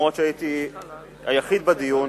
אף-על-פי שהייתי היחיד בדיון,